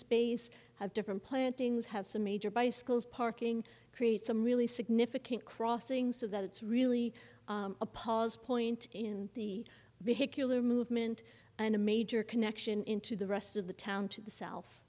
space have different plantings have some major bicycles parking create some really significant crossings so that it's really a pause point in the vehicular movement and a major connection into the rest of the town to the south